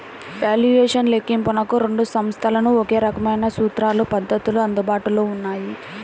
valuation లెక్కింపునకు రెండు సంస్థలకు ఒకే రకమైన సూత్రాలు, పద్ధతులు అందుబాటులో ఉన్నాయి